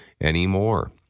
anymore